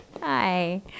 hi